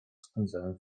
spędzałem